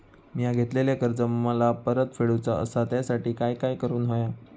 मिया घेतलेले कर्ज मला परत फेडूचा असा त्यासाठी काय काय करून होया?